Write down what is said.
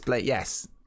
Yes